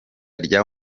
rya